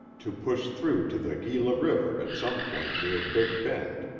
to push through to the gila river at some point near big bend,